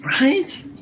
right